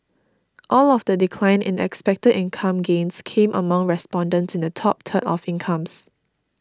all of the decline in expected income gains came among respondents in the top third of incomes